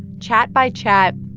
chat by chat,